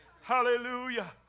hallelujah